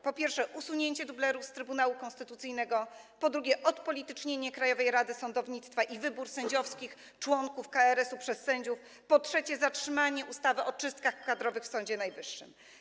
Po pierwsze, usunięcie dublerów z Trybunału Konstytucyjnego, po drugie, odpolitycznienie Krajowej Rady Sądownictwa i wybór sędziowskich członków KRS-u przez sędziów, po trzecie, zatrzymanie stosowania ustawy o czystkach kadrowych w Sądzie Najwyższym.